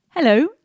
Hello